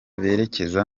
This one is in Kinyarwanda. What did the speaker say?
berekeza